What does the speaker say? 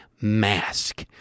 mask